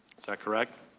is that correct?